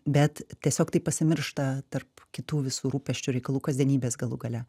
bet tiesiog tai pasimiršta tarp kitų visų rūpesčių reikalų kasdienybės galų gale